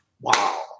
Wow